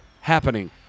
happening